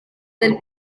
del